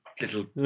little